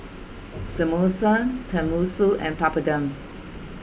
Samosa Tenmusu and Papadum